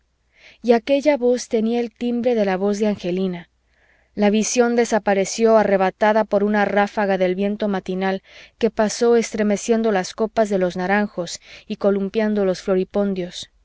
y aquella voz tenía el timbre de la voz de angelina la visión desapareció arrebatada por una ráfaga del viento matinal que pasó estremeciendo las copas de los naranjos y columpiando los floripondios